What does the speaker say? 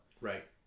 Right